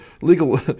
legal